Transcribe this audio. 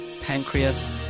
pancreas